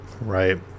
right